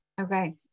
Okay